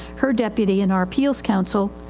her deputy and our appeals counsel,